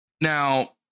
Now